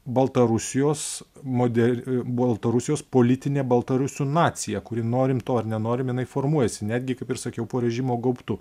baltarusijos moder baltarusijos politinė baltarusių nacija kuri norim to ar nenorim jinai formuojasi netgi kaip ir sakiau po režimo gaubtu